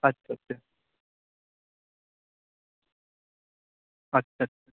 আচ্ছা আচ্ছা আচ্ছা আচ্ছা